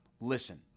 Listen